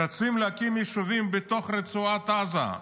רצים להקים יישובים בתוך רצועת עזה.